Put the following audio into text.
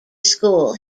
school